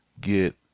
get